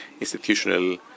institutional